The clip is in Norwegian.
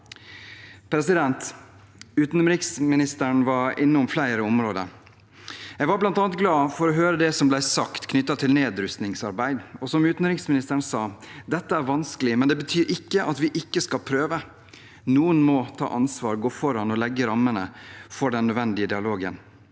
dødstallene. Utenriksministeren var innom flere områder. Jeg var bl.a. glad for å høre det som ble sagt knyttet til nedrustningsarbeid. Som utenriksministeren sa, er dette vanskelig, men det betyr ikke at vi ikke skal prøve. Noen må ta ansvar, gå foran og legge rammene for den nødvendige dialogen.